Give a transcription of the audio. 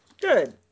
Good